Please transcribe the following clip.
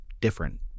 different